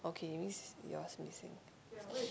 okay that means yours missing